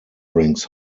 brings